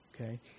okay